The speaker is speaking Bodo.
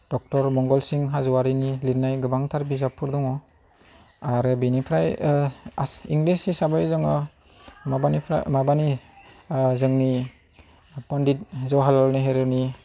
ड'क्टर मंगलसिं हाज'वारिनि लिरनाय गोबांथार बिजाबफोर दङ आरो बिनिफ्राय इंलिस हिसाबै दङ माबानिफ्राय माबानि जोंनि पण्डिट जवाहरलाल नेहेरुनि